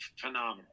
phenomenal